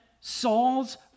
Saul's